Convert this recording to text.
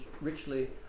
richly